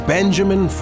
Benjamin